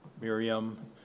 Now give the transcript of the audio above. Miriam